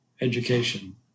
education